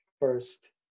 first